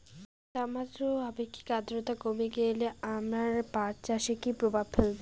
তাপমাত্রা ও আপেক্ষিক আদ্রর্তা কমে গেলে আমার পাট চাষে কী প্রভাব ফেলবে?